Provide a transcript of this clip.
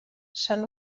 sant